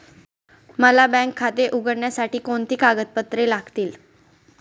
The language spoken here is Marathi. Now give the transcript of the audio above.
मला बँक खाते उघडण्यासाठी कोणती कागदपत्रे लागतील?